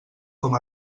com